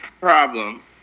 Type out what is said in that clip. problem